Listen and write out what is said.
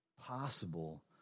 Possible